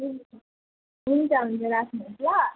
हुन्छ हुन्छ हुन्छ राख्नुहोस् ल